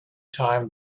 time